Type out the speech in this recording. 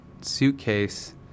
suitcase